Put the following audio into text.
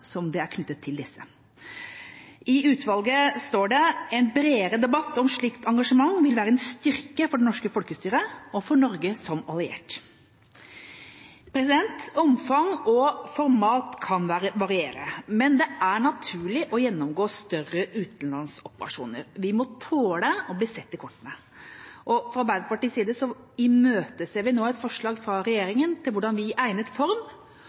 som er knyttet til disse. Utvalget mener at en bredere debatt om et slikt engasjement vil være en styrke for det norske folkestyret og for Norge som alliert. Omfang og format kan variere, men det er naturlig å gjennomgå større utenlandsoperasjoner. Vi må tåle å bli sett i kortene. Fra Arbeiderpartiets side imøteser vi nå et forslag fra regjeringa til hvordan vi i egnet form